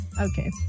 Okay